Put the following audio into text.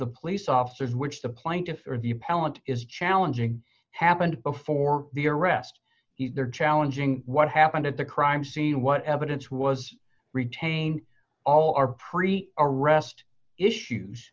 the police officers which the plaintiffs or the appellant is challenging happened before the arrest he's there challenging what happened at the crime scene what evidence was retained all our pre arrest issues